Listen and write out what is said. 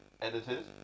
Edited